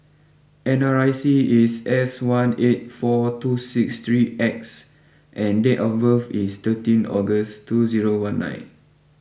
N R I C is S one eight four two six three X and date of birth is thirteen August two zero one nine